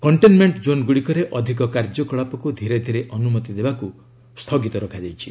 containment କୋନ୍ଗୁଡ଼ିକରେ ଅଧିକ କାର୍ଯ୍ୟକଳାପକୁ ଧୀରେ ଧୀରେ ଅନୁମତି ଦେବାକୁ ସ୍ଥଗିତ ରଖାଯାଇଛି